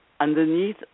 underneath